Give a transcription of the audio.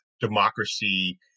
democracy